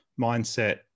mindset